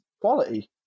Quality